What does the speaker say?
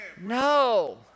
No